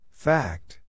Fact